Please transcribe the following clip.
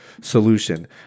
solution